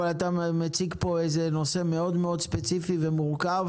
אבל אתה מציג פה נושא מאוד מאוד ספציפי ומורכב.